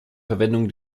verwendung